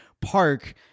Park